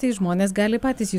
tai žmonės gali patys jį